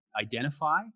identify